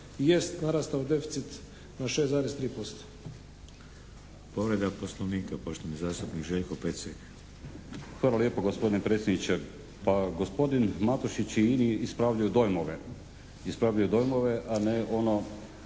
jest narastao deficit na 6,3%.